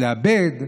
לאבד.